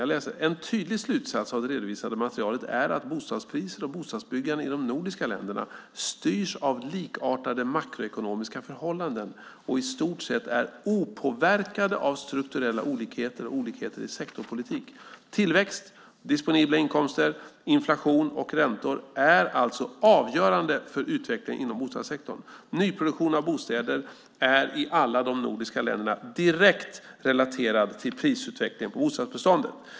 Där står följande: "En entydig slutsats av det redovisade materialet är att bostadspriser och bostadsbyggande i de nordiska länderna styrs av likartade makroekonomiska förhållanden och i stort sett är opåverkade av strukturella olikheter och olikheter i sektorpolitik. Tillväxt, disponibla inkomster, inflation och räntor är alltså avgörande för utvecklingen inom bostadssektorn. Nyproduktionen av bostäder är i alla de nordiska länderna direkt relaterad till prisutvecklingen i bostadsbeståndet."